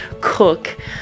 cook